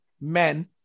men